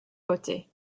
côté